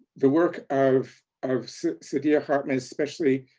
the work of of saidiya hartman, especially